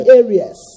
areas